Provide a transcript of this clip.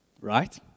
Right